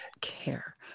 care